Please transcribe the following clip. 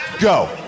Go